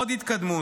עוד התקדמות,